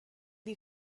you